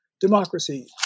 democracy